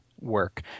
work